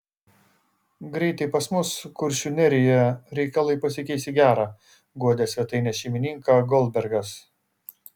greitai pas mus kuršių nerijoje reikalai pasikeis į gera guodė svetainės šeimininką goldbergas